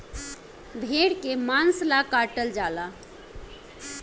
भेड़ के मांस ला काटल जाला